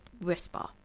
whisper